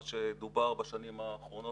מה שדובר בשנים האחרונות.